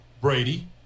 Brady